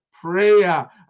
prayer